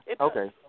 okay